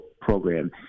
program